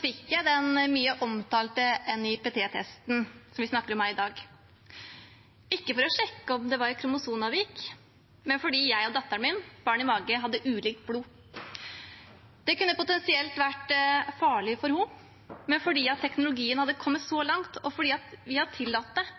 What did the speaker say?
fikk jeg den mye omtalte NIPT-testen som vi snakker om her i dag – ikke for å sjekke om det var kromosomavvik, men fordi jeg og datteren min, barnet i magen, hadde ulikt blod. Det kunne potensielt vært farlig for henne, men fordi teknologien hadde kommet så langt, og fordi vi har tillatt det,